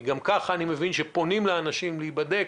אני מבין שפונים לאנשים לבוא ולהיבדק,